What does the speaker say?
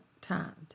timed